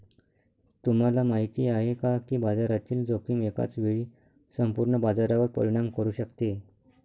तुम्हाला माहिती आहे का की बाजारातील जोखीम एकाच वेळी संपूर्ण बाजारावर परिणाम करू शकते?